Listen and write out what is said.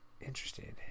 Interesting